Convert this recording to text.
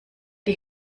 die